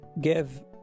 give